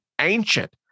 ancient